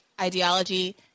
ideology